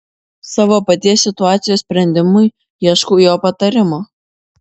savo paties situacijos sprendimui ieškau jo patarimo